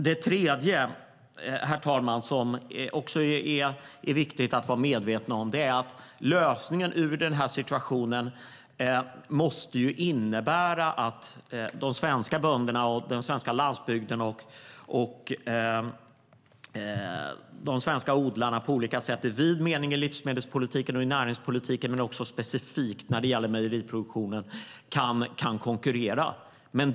Det tredje som det också är viktigt att vara medveten om är att lösningen för att komma ur den här situationen måste vara att de svenska bönderna, den svenska landsbygden och de svenska odlarna i vid mening på olika sätt i livsmedelspolitiken, i näringspolitiken men också specifikt när det gäller mejeriproduktionen kan konkurrera.